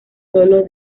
solo